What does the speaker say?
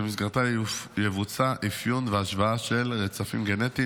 ובמסגרת זו יבוצעו אפיון והשוואה של רצפים גנטיים